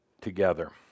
together